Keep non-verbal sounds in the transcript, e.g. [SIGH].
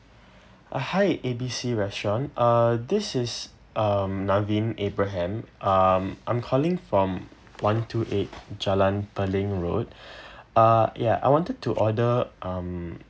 uh hi A B C restaurant uh this is um naveen abraham um I'm calling from one two eight jalan peling road [BREATH] uh ya I wanted to order um